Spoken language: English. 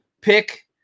pick